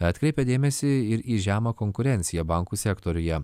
atkreipė dėmesį ir į žemą konkurenciją bankų sektoriuje